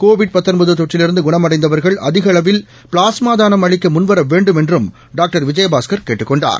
Covid தொற்றிலிருந்துகுணமடைந்தவர்கள் அதிகஅளவில் பிளாஸ்மாதாளம் அளிக்கமுன்வரவேண்டும் என்றும் டாக்டர் விஜயபாஸ்கர் கேட்டுக் கொண்டார்